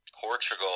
Portugal